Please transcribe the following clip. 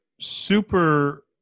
super